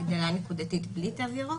הגדלה נקודתית בלי תו ירוק?